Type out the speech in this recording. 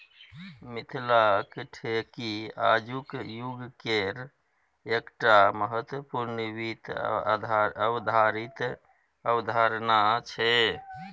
मिथिलाक ढेकी आजुक युगकेर एकटा महत्वपूर्ण वित्त अवधारणा छै